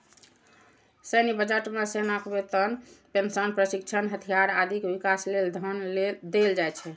सैन्य बजट मे सेनाक वेतन, पेंशन, प्रशिक्षण, हथियार, आदिक विकास लेल धन देल जाइ छै